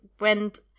went